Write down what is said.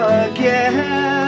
again